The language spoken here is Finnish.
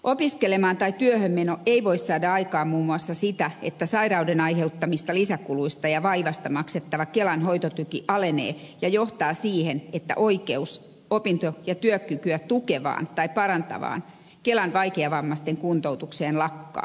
opiskelemaan tai työhön meno ei voi saada aikaan muun muassa sitä että sairauden aiheuttamista lisäkuluista ja vaivasta maksettava kelan hoitotuki alenee ja johtaa siihen että oikeus opinto ja työkykyä tukevaan tai parantavaan kelan vaikeavammaisten kuntoutukseen lakkaa